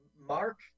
Mark